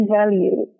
value